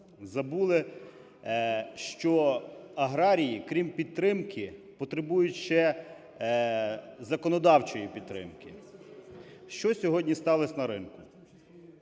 забули, що аграрії, крім підтримки, потребують ще законодавчої підтримки. Що сьогодні сталося на ринку?